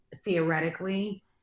theoretically